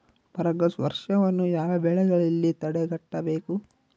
ಪರಾಗಸ್ಪರ್ಶವನ್ನು ಯಾವ ಬೆಳೆಗಳಲ್ಲಿ ತಡೆಗಟ್ಟಬೇಕು?